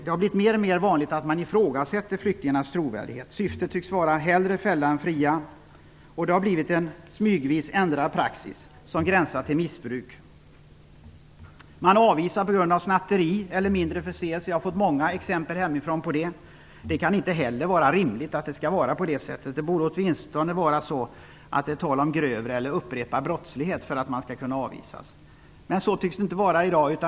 Det har blivit allt mer vanligt att man ifrågasätter flyktingarnas trovärdighet. Syftet tycks vara att hellre fälla än fria. Det har blivit en smygvis ändrad praxis som gränsar till missbruk. Man avvisar också på grund av snatteri eller mindre förseelser. Jag har fått många exempel hemifrån på det. Det kan inte heller vara rimligt att det skall vara på det sättet. Det borde åtminstone vara fråga om grövre eller upprepad brottslighet för att människor skall kunna avvisas. Men så tycks det inte vara i dag.